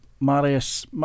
Marius